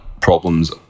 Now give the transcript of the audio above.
problems